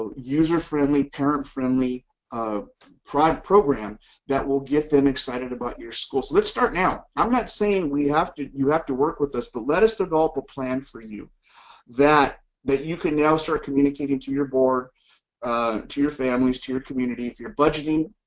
ah user-friendly parent friendly a pride program that will get them excited about your school so let's start now i'm not saying we have to you have to work with this the but lettuce develop a plan for you that that you can now start communicating to your board ah to your families to your community if you're budgeting